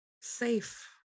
safe